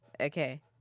okay